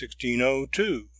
1602